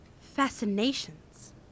fascinations